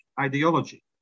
ideology